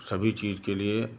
सभी चीज के लिए